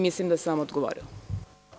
Mislim da sam vam odgovorila.